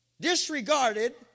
disregarded